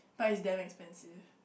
but is damn expensive